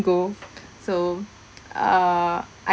go so err I